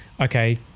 okay